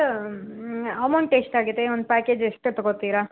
sir amount ಎಷ್ಟಾಗಿದೆ ಒಂದು package ಎಷ್ಟು ತಗೊಳ್ತೀರಾ